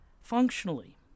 functionally